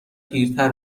پیرتر